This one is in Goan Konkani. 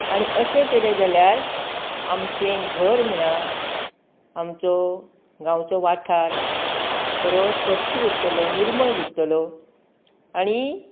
आनी अशें केलें जाल्यार आमचें घर म्हणा आमचो गांवचो वाठार बरो स्वच्छ उरतलो निर्मळ उरतलो आनी